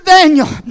Daniel